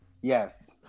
Yes